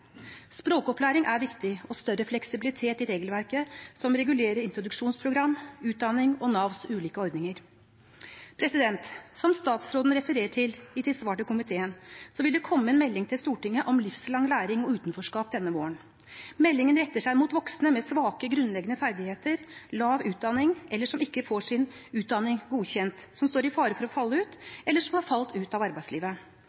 Språkopplæring er viktig og også større fleksibilitet i regelverket som regulerer introduksjonsprogram, utdanning og Navs ulike ordninger. Som statsråden refererer til i sitt svar til komiteen, vil det komme en melding til Stortinget om livslang læring og utenforskap denne våren. Meldingen retter seg mot voksne med svake grunnleggende ferdigheter, lav utdanning eller som ikke får sin utdanning godkjent, og som står i fare for å falle